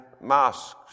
masks